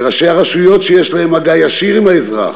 וראשי הרשויות שיש להם מגע ישיר עם האזרח